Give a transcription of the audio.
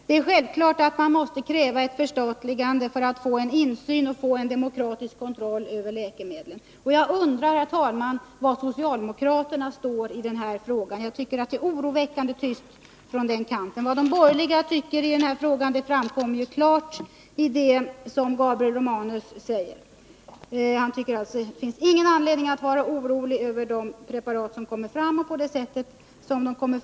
Det är självklart att man måste kräva ett förstatligande så att man får en insyn i och en demokratisk kontroll över läkemedelstillverkningen. Jag undrar, herr talman, var socialdemokraterna står i den här frågan. Jag tycker det är oroväckande tyst från det hållet. Vad de borgerliga tycker i denna fråga framgick ju klart av vad Gabriel Romanus sade. Han anser alltså att det inte finns någon anledning att vara orolig över de preparat som kommer fram och över det sätt på vilket de gör det.